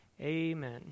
Amen